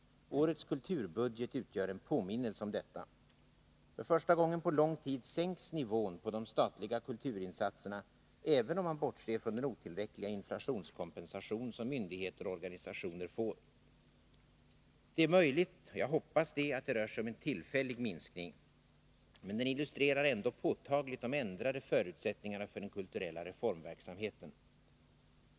Årets kulturbudget utgör en påminnelse om detta. För första gången på lång tid sänks nivån på de statliga kulturinsatserna, även om man bortser från den otillräckliga inflationskompensation som myndigheter och organisationer får. Det är möjligt — och det hoppas jag — att det rör sig om en tillfällig minskning. Men den illustrerar ändå påtagligt de ändrade förutsättningarna för den kulturella reformverksamheten.